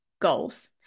goals